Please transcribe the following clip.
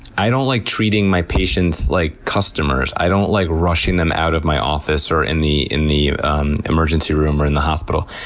i don't like treating my patients like customers. i don't like rushing them out of my office, or in the in the um emergency room, or in the hospital.